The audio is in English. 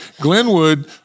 Glenwood